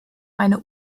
eine